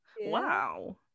Wow